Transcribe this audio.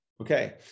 Okay